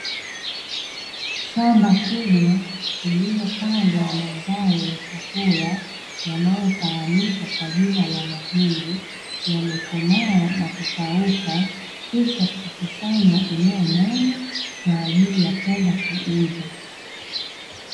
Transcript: Shamba kubwa lililopandwa mazao ya chakula, yanayofahamika kwa jina la mahindi, yamekomaa na kukauka kisha kukusanywa eneo moja, kwa ajili ya kwenda kuuza.